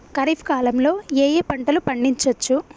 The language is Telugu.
ఖరీఫ్ కాలంలో ఏ ఏ పంటలు పండించచ్చు?